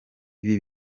ibi